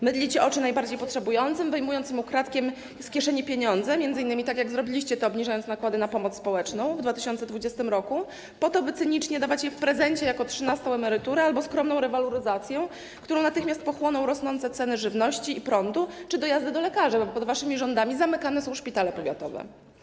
Mydlicie oczy najbardziej potrzebującym, wyjmując im ukradkiem z kieszeni pieniądze, m.in. tak jak zrobiliście to, obniżając nakłady na pomoc społeczną w 2020 r. po to, by cynicznie dawać te środki w prezencie jako trzynastą emeryturę albo skromną rewaloryzację, którą natychmiast pochłoną rosnące ceny żywności i prądu czy dojazdy do lekarzy, bo pod waszymi rządami zamykane są szpitale powiatowe.